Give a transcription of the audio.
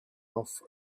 off